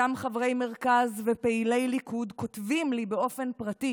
אותם חברי מרכז ופעילי ליכוד כותבים לי באופן פרטי